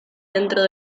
dentro